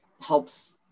helps